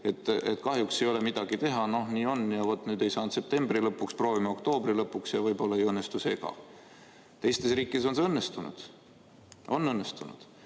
et kahjuks ei ole midagi teha, lihtsalt nii on. Vaat, ei saanud septembri lõpuks, proovime oktoobri lõpuks, aga võib-olla ei õnnestu see ka. Teistes riikides on see õnnestunud. On õnnestunud,